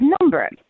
number